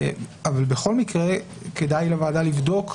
אבל בכל מקרה כדאי לוועדה לבדוק.